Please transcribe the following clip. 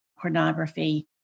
pornography